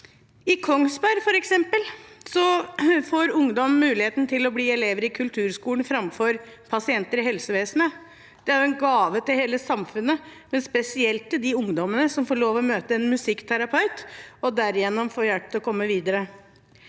I Kongsberg, f.eks., får ungdom muligheten til å bli elever i kulturskolen framfor pasienter i helsevesenet. Det er en gave til hele samfunnet, men spesielt til de ungdommene som får lov til å møte en musikkterapeut og derigjennom få hjelp til å komme videre.